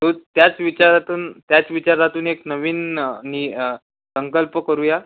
तो त्याच विचारातून त्याच विचारातून एक नवीन नि संकल्प करूया